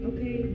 Okay